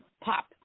pop